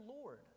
Lord